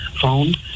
found